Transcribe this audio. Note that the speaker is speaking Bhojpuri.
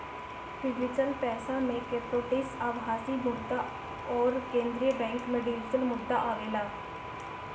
डिजिटल पईसा में क्रिप्टोकरेंसी, आभासी मुद्रा अउरी केंद्रीय बैंक डिजिटल मुद्रा आवेला